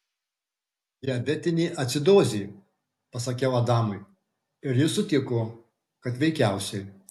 diabetinė acidozė pasakiau adamui ir jis sutiko kad veikiausiai